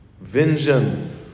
vengeance